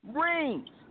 rings